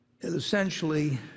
essentially